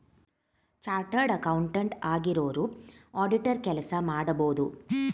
chartered accountant ಆಗಿರೋರು auditor ಕೆಲಸ ಮಾಡಬೋದು